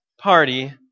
party